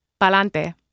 Pa'lante